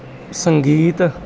ਸੰਗੀਤ